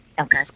Okay